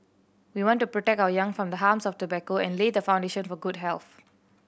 we want to protect our young from the harms of tobacco and lay the foundation for good health